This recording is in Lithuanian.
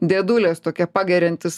dėdulės tokie pageriantys